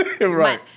Right